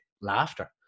laughter